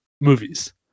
movies